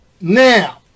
now